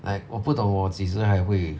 like 我不懂我几时还会